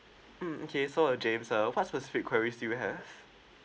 mm okay so uh james uh what specific queries do you have